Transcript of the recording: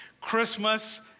Christmas